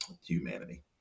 humanity